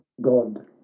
god